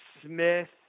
Smith